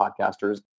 podcasters